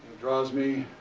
draws me.